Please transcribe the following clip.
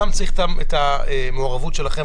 צריך גם את המעורבות שלכם,